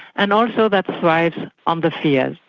and also that thrives on the fears.